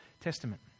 Testament